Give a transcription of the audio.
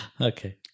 Okay